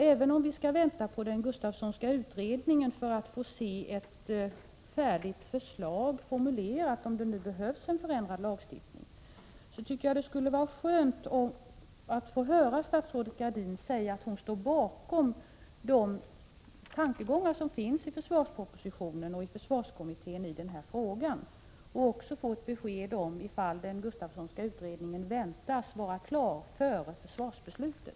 Även om vi skall vänta på den Gustavssonska utredningen för att få se ett färdigt förslag formulerat — om det nu behövs en ändrad lagstiftning — tycker jag det skulle vara skönt dels att få höra statsrådet Gradin säga att hon står bakom de tankegångar i denna fråga som finns i försvarspropositionen och försvarskommittén, dels att få ett besked om huruvida den Gustavssonska utredningen väntas vara klar före försvarsbeslutet.